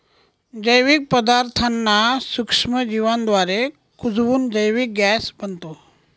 जैविक पदार्थांना सूक्ष्मजीवांद्वारे कुजवून जैविक गॅस बनतो